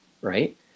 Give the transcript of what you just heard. right